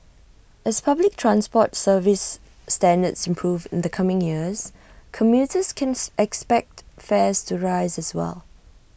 as public transport service standards improve in the coming years commuters can expect fares to rises as well